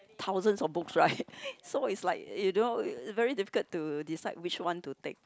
thousand of books right so is like you don't very difficult to decide which one to take